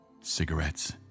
Cigarettes